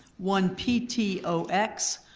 one p t o x,